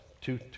two